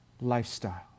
lifestyle